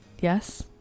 Yes